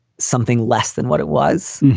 something less than what it was.